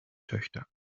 töchter